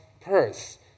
purse